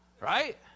Right